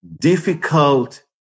difficult